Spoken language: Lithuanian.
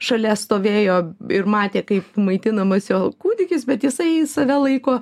šalia stovėjo ir matė kaip maitinamas jo kūdikis bet jisai save laiko